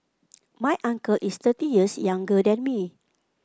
my uncle is thirty years younger than me